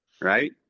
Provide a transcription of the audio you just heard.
Right